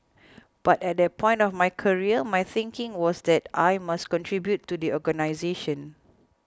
but at that point of my career my thinking was that I must contribute to the organisation